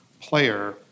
player